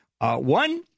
One